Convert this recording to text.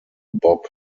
bob